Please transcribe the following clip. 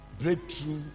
breakthrough